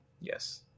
Yes